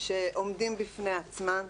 שעומדים בפני עצמם.